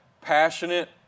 passionate